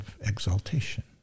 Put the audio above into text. exaltation